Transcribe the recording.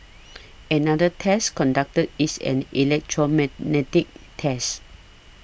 another test conducted is an electromagnetic test